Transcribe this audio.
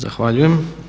Zahvaljujem.